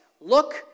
Look